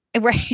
Right